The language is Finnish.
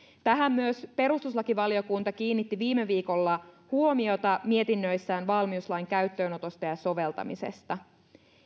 tähän myös perustuslakivaliokunta kiinnitti viime viikolla huomiota mietinnöissään valmiuslain käyttöönotosta ja soveltamisesta